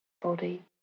body